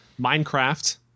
Minecraft